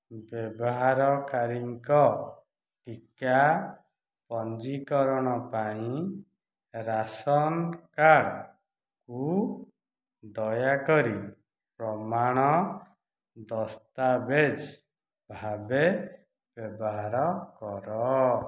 ବ୍ୟବହାରକାରୀଙ୍କ ଟିକା ପଞ୍ଜୀକରଣ ପାଇଁ ରାସନ୍ କାର୍ଡ଼୍କୁ ଦୟାକରି ପ୍ରମାଣ ଦସ୍ତାବେଜ ଭାବେ ବ୍ୟବହାର କର